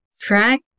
track